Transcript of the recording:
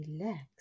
relax